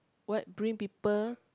what bring people